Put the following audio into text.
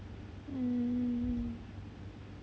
mm